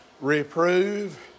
Reprove